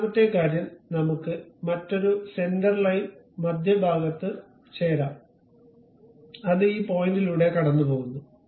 രണ്ടാമത്തെ കാര്യം നമുക്ക് മറ്റൊരു സെന്റർ ലൈൻ മധ്യഭാഗത്ത് ചേരാം അത് ഈ പോയിന്റിലൂടെ കടന്നുപോകുന്നു